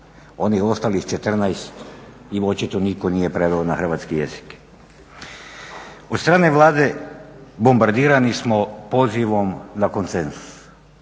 Onih ostalih 14 im očito nitko nije preveo na hrvatski jezik. Od strane Vlade bombardirani smo pozivom na konsenzus